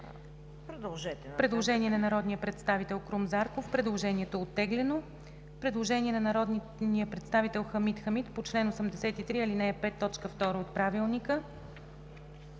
Предложение на народния представител Крум Зарков. Предложението е оттеглено. Предложение на народния представител Хамид Хамид по чл. 83, ал.